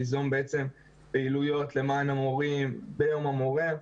ליזום בעצם פעילויות למען המורים ביום המורה.